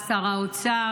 שר האוצר,